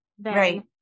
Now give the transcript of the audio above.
right